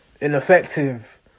ineffective